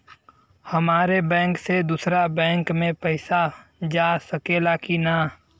हमारे बैंक से दूसरा बैंक में पैसा जा सकेला की ना?